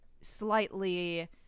slightly